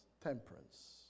temperance